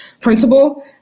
principal